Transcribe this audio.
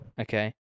okay